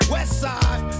Westside